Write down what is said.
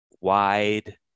wide